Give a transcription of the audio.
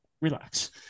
relax